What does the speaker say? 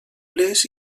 les